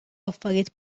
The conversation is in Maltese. affarijiet